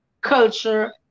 culture